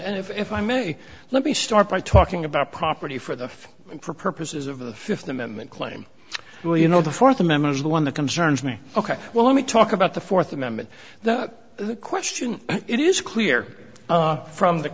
if i may let me start by talking about property for the purposes of the fifth amendment claim well you know the fourth amendment is the one that concerns me ok well let me talk about the fourth amendment that question it is clear from the